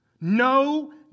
No